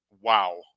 Wow